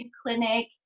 clinic